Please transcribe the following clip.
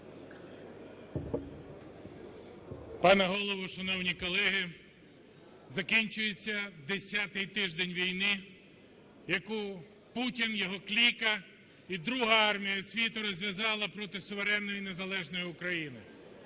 Пане Голово, шановні колеги! Закінчується десятий тиждень війни, яку Путін, його кліка і друга армія світу розв'язали проти суверенної, незалежної України,